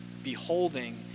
beholding